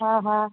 हा हा